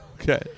Okay